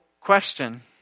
question